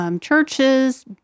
Churches